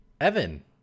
Evan